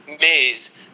maze